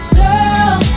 girl